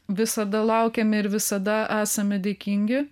visada laukiame ir visada esame dėkingi